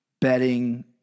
betting